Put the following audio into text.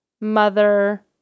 mother